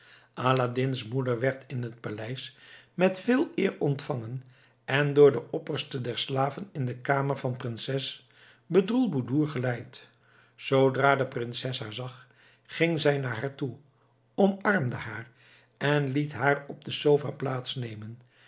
aladdin's moeder werd in het paleis met veel eer ontvangen en door den opperste der slaven in de kamer van prinses bedroelboedoer geleid zoodra de prinses haar zag ging zij naar haar toe omarmde haar en liet haar op de